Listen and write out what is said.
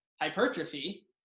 hypertrophy